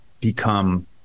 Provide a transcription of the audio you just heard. become